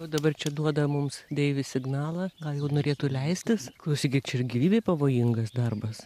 o dabar čia duoda mums deivis signalą gal jau norėtų leistis klausykit čia ir gyvybei pavojingas darbas